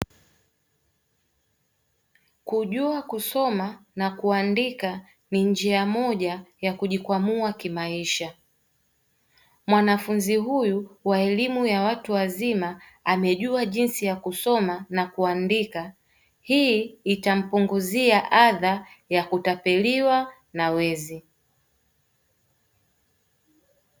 Kujua kusoma na kuandika ni njia moja ya kujikwamua kimaisha. Mwanafunzi huyu wa elimu ya watu wazima amejua jinsi ya kusoma na kuandika. Hii itampunguzia adha ya kutapeliwa na wezi.